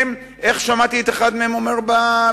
איך שמעתי את אחד מהם אומר ברדיו: